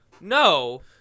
no